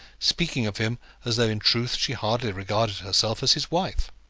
speaking of him as though in truth she hardly regarded herself as his wife.